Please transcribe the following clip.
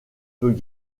peut